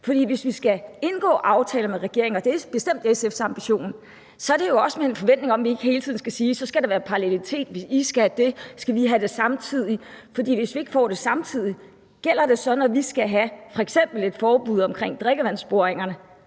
hvis vi skal indgå aftaler med regeringen, og det er bestemt SF's ambition, så er det jo også med en forventning om, at vi ikke hele tiden skal sige, at så skal der være parallelitet: Hvis I skal have det, skal vi have det samtidig, for hvis vi ikke får det samtidig, gælder det så, når vi f.eks. skal have et forbud omkring drikkevandsboringerne?